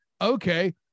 okay